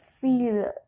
feel